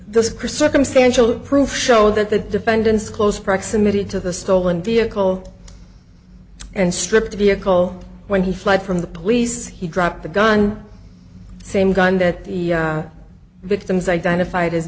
chris circumstantial proof show that the defendant's close proximity to the stolen vehicle and stripped the vehicle when he fled from the police he dropped the gun same gun that the victims identified as